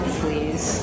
please